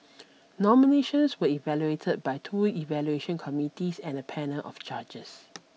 nominations were evaluated by two evaluation committees and a panel of judges